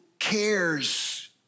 cares